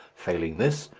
failing this,